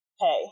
hey